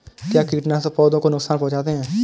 क्या कीटनाशक पौधों को नुकसान पहुँचाते हैं?